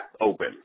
open